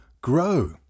grow